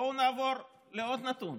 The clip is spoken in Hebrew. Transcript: בואו נעבור לעוד נתון.